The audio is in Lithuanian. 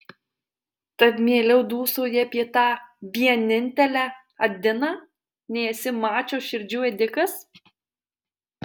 tad mieliau dūsauji apie tą vienintelę adiną nei esi mačo širdžių ėdikas